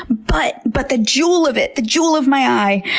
but, but the jewel of it, the jewel of my eye,